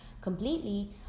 completely